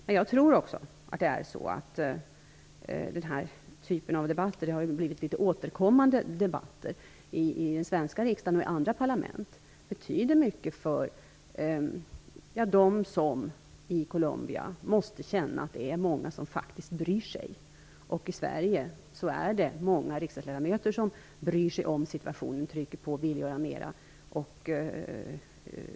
Men jag tror också att den här typen av debatter - de har ju blivit återkommande debatter om detta - i den svenska riksdagen och i andra parlament betyder mycket för människor i Colombia. De måste känna att det är många som faktiskt bryr sig om detta. I Sverige är det många riksdagsledamöter som bryr sig om situationen, trycker på och vill göra mer.